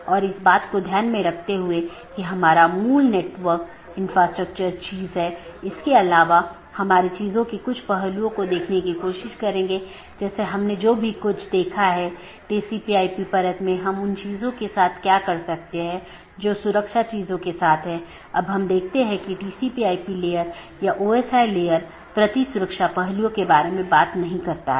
धीरे धीरे हम अन्य परतों को देखेंगे जैसे कि हम ऊपर से नीचे का दृष्टिकोण का अनुसरण कर रहे हैं